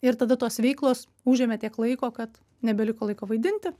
ir tada tos veiklos užėmė tiek laiko kad nebeliko laiko vaidinti